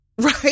right